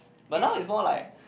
but now is more like